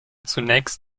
zunächst